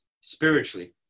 spiritually